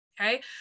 okay